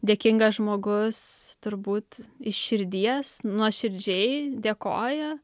dėkingas žmogus turbūt iš širdies nuoširdžiai dėkoja